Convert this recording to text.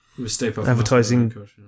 advertising